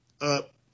up